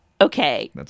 Okay